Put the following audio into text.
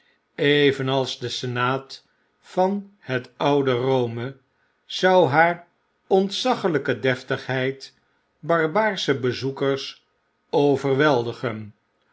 evenals de senaat van het oude rome zou haar ontzaglijke deftigheid barbaarsche bezoekers overweldigen